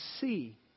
see